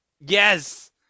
Yes